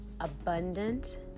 abundant